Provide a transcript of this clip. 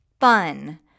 fun